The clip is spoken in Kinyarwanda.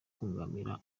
abo